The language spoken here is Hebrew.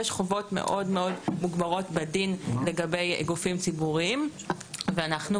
יש חובות מאוד-מאוד מוגברות בדין לגבי גופים ציבוריים ואנחנו